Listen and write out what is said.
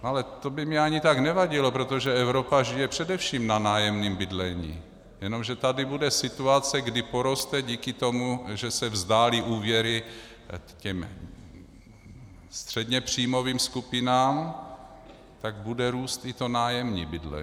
Ale to by mi ani tak nevadilo, protože Evropa žije především na nájemním bydlení, jenomže tady bude situace, kdy poroste díky tomu, že se vzdálí úvěry těm středněpříjmovým skupinám, tak bude růst i nájemní bydlení.